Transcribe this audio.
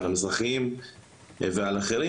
ועל המזרחים ועל אחרים.